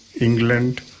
England